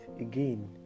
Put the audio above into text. again